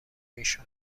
میشد